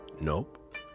Nope